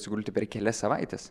atsigulti per kelias savaites